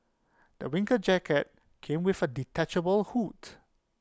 my winter jacket came with A detachable hood